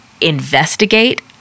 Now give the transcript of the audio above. investigate